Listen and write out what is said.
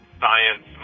science